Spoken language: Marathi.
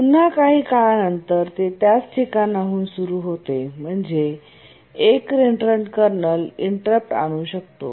पुन्हा काही काळानंतर ते त्याच ठिकाणाहून सुरू होते म्हणजे एक रेन्ट्रंट कर्नल इंटरप्ट आणू शकतो